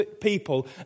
people